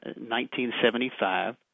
1975